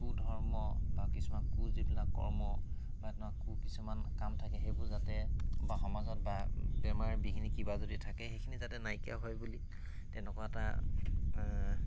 কুধৰ্ম বা কিছুমান কু যিবিলাক কৰ্ম বা তেনেকুৱা কু কিছুমান কাম থাকে সেইবোৰ যাতে বা সমাজত বা বেমাৰ বিঘিনি কিবা যদি থাকে সেইখিনি যাতে নাইকিয়া হয় বুলি তেনেকুৱা এটা